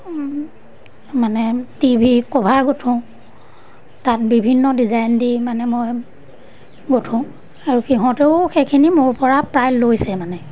মানে TV cover গুঠোঁ তাত বিভিন্ন ডিজাইন দি মানে মই গুঠোঁ আৰু সিহঁতেও সেইখিনি মোৰপৰা প্ৰায় লৈছে মানে